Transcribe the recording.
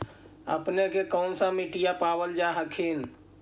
अपने के कौन सा मिट्टीया पाबल जा हखिन?